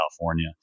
California